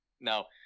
now